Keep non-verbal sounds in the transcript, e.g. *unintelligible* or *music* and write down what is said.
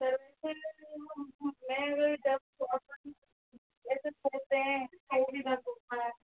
*unintelligible*